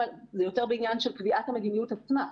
יותר בעניין של קביעת המדיניות עצמה.